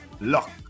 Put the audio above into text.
luck